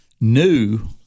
new